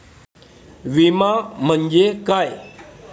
विमा म्हणजे काय?